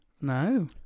No